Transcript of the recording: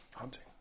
Hunting